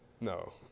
No